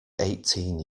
eighteen